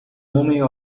homem